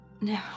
no